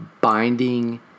binding